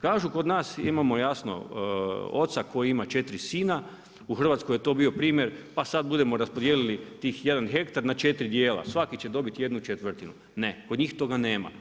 Kažu kod nas imamo jasno, oca koja ima 4 sina, u Hrvatskoj ej to bio primjer pa sad budemo raspodijelili tih 1 hektar na 4 dijela, svaki će dobiti jednu četvrtinu, ne, kod njih toga nema.